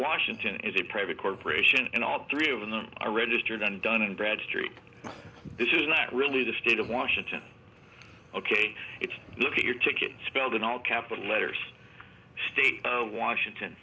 washington is a private corporation and all three of them are registered on dun and bradstreet this is not really the state of washington ok it's look at your ticket spelled in all capital letters state of washington